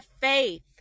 faith